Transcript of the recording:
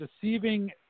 deceiving